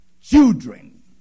children